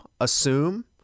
assume